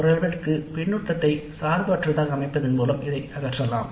ஓரளவிற்கு பின்னூட்டத்தை சார்பு அற்றதாக அனுபவத்தின் மூலம் மூலம் இதை அகற்றலாம்